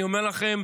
אני אומר לכם,